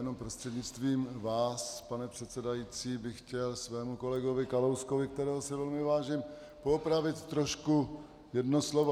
Já jenom prostřednictvím vás, pane předsedající, bych chtěl svému kolegovi Kalouskovi, kterého si velmi vážím, poopravit trošku jedno slovo.